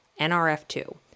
NRF2